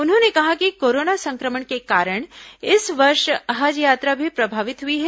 उन्होंने कहा कि कोरोना संक्रमण के कारण इस वर्ष हज यात्रा भी प्रभावित हुई है